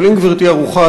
אבל אם גברתי ערוכה,